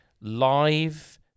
live